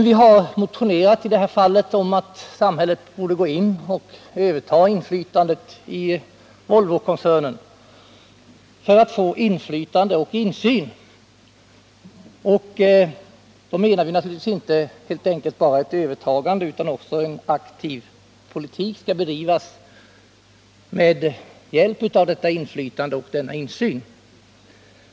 Vi har motionerat om att samhället borde gå in och överta Volvokoncernen för att få inflytande och insyn. Då menar vi naturligtvis inte bara ett övertagande utan också att en aktiv politik skall bedrivas med hjälp av detta inflytande och denna insyn.